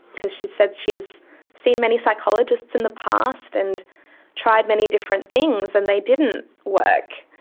because she said she has seen many psychologists in the past and tried many different things and they didn't work.